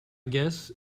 guess